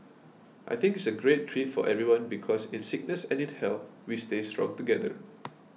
I think it's a great treat for everyone because in sickness and in health we stay strong together